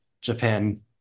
japan